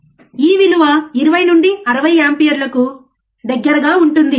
ఈ విలువ 20 నుండి 60 ఆంపియర్లకు దగ్గరగా ఉంటుంది